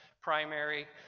primary